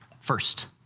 First